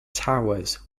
towers